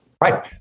Right